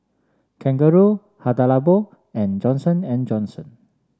Kangaroo Hada Labo and Johnson And Johnson